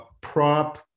prop